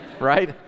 Right